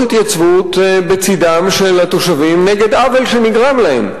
התייצבות בצדם של התושבים נגד עוול שנגרם להם.